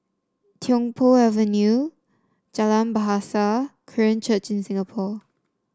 Tiong Poh Avenue Jalan Bahasa Korean Church in Singapore